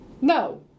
No